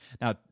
Now